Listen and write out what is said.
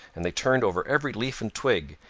and they turned over every leaf and twig,